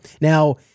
Now